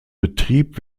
betrieb